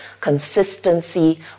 consistency